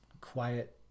quiet